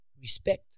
respect